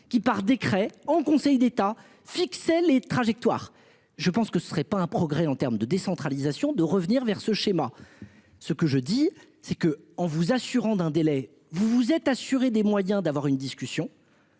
qui, par décret en Conseil d'État fixait les trajectoires. Je pense que ce serait pas un progrès en termes de décentralisation de revenir vers ce schéma. Ce que je dis c'est que en vous assurant d'un délai vous vous êtes assuré des moyens d'avoir une discussion.